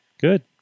Good